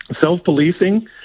self-policing